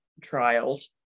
trials